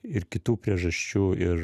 ir kitų priežasčių ir